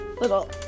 little